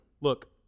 Look